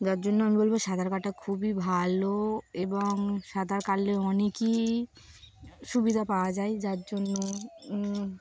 যার জন্য আমি বলবো সাঁতার কাটটা খুবই ভালো এবং সাঁতার কাটলে অনেকই সুবিধা পাওয়া যায় যার জন্য